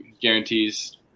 guarantees